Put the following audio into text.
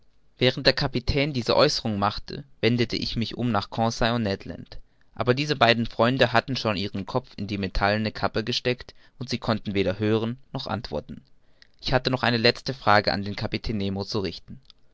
während der kapitän diese aeußerung machte wendete ich mich um nach conseil und ned land aber diese beiden freunde hatten schon ihren kopf in die metallene kappe gesteckt und sie konnten weder hören noch antworten ich hatte noch eine letzte frage an den kapitän nemo zu richten